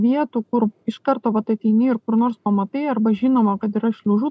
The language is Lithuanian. vietų kur iš karto vat ateini ir kur nors pamatai arba žinoma kad yra šliužų